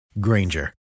Granger